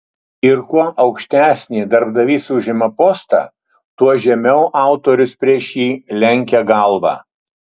ir kuo aukštesnį darbdavys užima postą tuo žemiau autorius prieš jį lenkia galvą